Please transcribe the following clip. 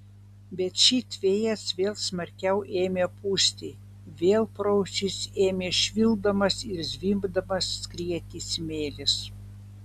bet šit vėjas vėl smarkiau ėmė pūsti vėl pro ausis ėmė švilpdamas ir zvimbdamas skrieti smėlis